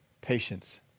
patience